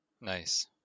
Nice